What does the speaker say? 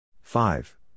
five